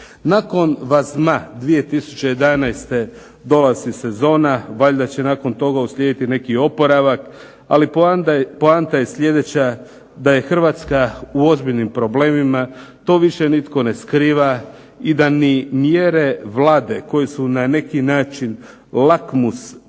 Nakon Vazma 2011. dolazi sezona, valjda će nakon toga uslijediti neki oporavak, ali poanta je sljedeća da je Hrvatska u ozbiljnim problemima, to više nitko ne skriva i da ni mjere Vlade koje su na neki način lakmus